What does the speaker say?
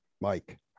Mike